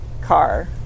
...car